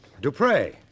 Dupre